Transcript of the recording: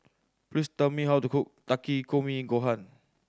please tell me how to cook Takikomi Gohan